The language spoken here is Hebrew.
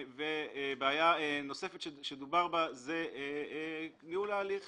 בעיה נוספת שדובר בה היא ניהול ההליך